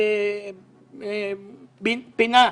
פינה.